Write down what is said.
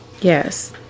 Yes